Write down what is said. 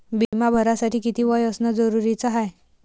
बिमा भरासाठी किती वय असनं जरुरीच हाय?